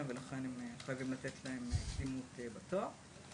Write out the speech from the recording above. ולכן הם חייבים לתת להם קדימות בתור.